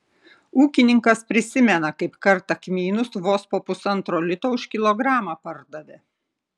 ūkininkas prisimena kaip kartą kmynus vos po pusantro lito už kilogramą pardavė